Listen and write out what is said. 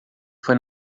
foi